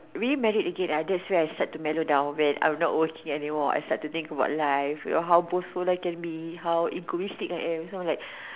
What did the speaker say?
really married again that's when I start to mellow down when I am not working anymore I start to think about life you know how boastful I can be how egoistic I am so I am like